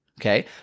Okay